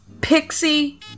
Pixie